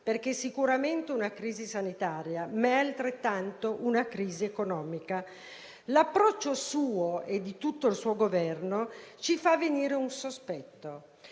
perché sicuramente è una crisi sanitaria ma è altrettanto una crisi economica. L'approccio suo e di tutto il Governo ci fa venire il sospetto